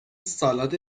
سالاد